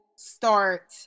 start